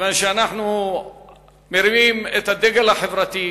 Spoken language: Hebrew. כיוון שאנחנו מרימים את הדגל החברתי,